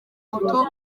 moto